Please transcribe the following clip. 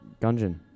Gungeon